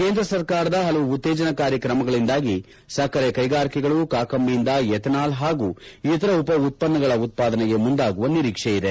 ಕೇಂದ್ರ ಸರ್ಕಾರದ ಹಲವು ಉತ್ತೇಜನಕಾರಿ ಕ್ರಮಗಳಿಂದಾಗಿ ಸಕ್ಕರೆ ಕೈಗಾರಿಕೆಗಳು ಕಾಕಂಬಿಯಿಂದ ಎಥನಾಲ್ ಹಾಗೂ ಇತರ ಉಪ ಉತ್ಪನ್ನಗಳ ಉತ್ಪಾದನೆಗೆ ಮುಂದಾಗುವ ನಿರೀಕ್ಷೆ ಇದೆ